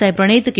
સાંઇ પ્રણીત કે